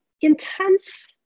intense